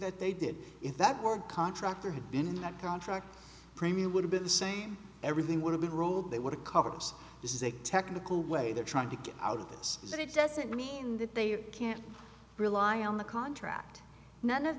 that they did if that were contractor had been in that contract premia would have been the same everything would have the role they want to covers this is a technical way they're trying to get out of this as it doesn't mean that they can't rely on the contract none of